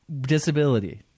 Disability